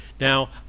Now